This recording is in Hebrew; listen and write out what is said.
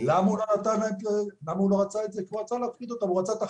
למה הוא לא רצה את זה?